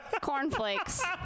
Cornflakes